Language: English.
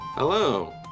Hello